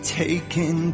taken